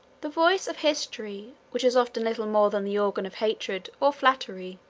the voice of history, which is often little more than the organ of hatred or flattery,